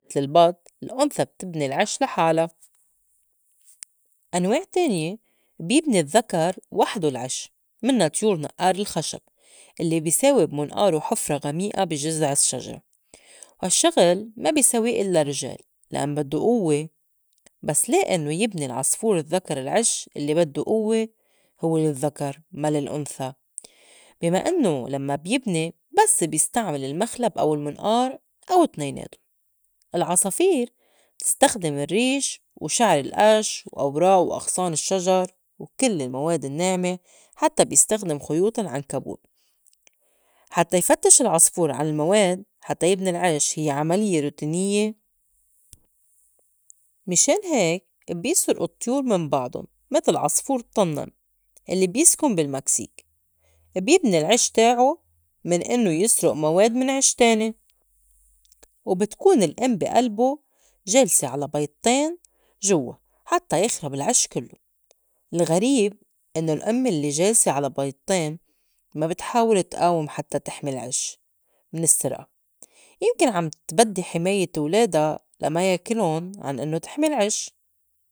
متل البط الأنثى بتبني العش لحالا .أنواع تانية بيبني الذّكر وحدو العِش منّا طيور نقار الخشب الّي بي ساوي بمنئارو حُفرى غميئة بي جزع الشجرة وهالشّغل ما بي ساوي الّا الرجال لأن بدّو قوّة. بس لي إنّو يبني العصفور الذّكر العش الّي بدّو قوّة هو للذّكر ما لِلأنثى؟ بي ما إنّو لمّا يبني بس بيستعمل المخْلب أو المنقار أو تنيناتُن. العصافير بتستخدم الرّيش، وشعر القش، وأوراق وأغصان الشّجر، وكل المواد النّاعمة، حتّى بيستخدم خيوط العنكبوت، حتّى يفتّش العصفور عن المواد حتّى يبني العش هي عمليّة روتينيّة .مِشان هيك بيسرئو الطيور من بعضُن متل عصفور الطنّان الّي بيسكُن بالمكسيك بيبني العش تاعو من إنّو يسرُئ مواد من عِش تاني وبتكون الأم بي ألبو جالسة على بيضتين جوّا حتّى يخرب العش كلّو الغريب إنّو الأم الّي جالسة على بيضتين ما بتحاول تقاوم حتّى تحمي العش من السّرقة يمكن عم تبدّي حماية ولادا لا ما ياكلُن عن إنّو تحمي العش.